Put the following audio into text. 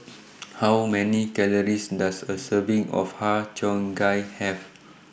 How Many Calories Does A Serving of Har Cheong Gai Have